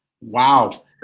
Wow